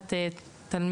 ולקחת נער